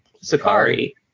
Sakari